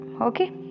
Okay